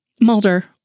Mulder